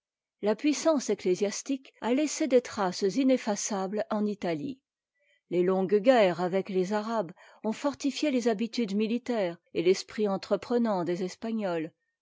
la puissance ecclésiastique a laissé des traces ineffaçables en italie les longues guerres avec les arabes ont fortifié les habitudes militaires et l'esprit entreprenant des espagnols